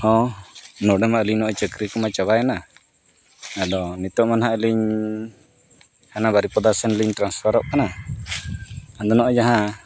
ᱦᱮᱸ ᱱᱚᱰᱮ ᱢᱟ ᱟᱹᱞᱤᱧ ᱱᱚᱜᱼᱚᱭ ᱪᱟᱹᱠᱨᱤ ᱢᱟ ᱪᱟᱵᱟᱭᱮᱱᱟ ᱟᱫᱚ ᱱᱤᱛᱚᱜ ᱢᱟ ᱦᱟᱸᱜ ᱞᱤᱧ ᱦᱟᱱᱟ ᱵᱟᱨᱤᱯᱟᱫᱟ ᱥᱮᱜ ᱞᱤᱧ ᱴᱨᱟᱱᱥᱯᱷᱟᱨᱚᱜ ᱠᱟᱱᱟ ᱟᱫᱚ ᱱᱚᱜᱼᱚᱭ ᱡᱟᱦᱟᱸ